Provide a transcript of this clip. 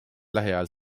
lähiajal